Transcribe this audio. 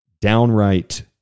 downright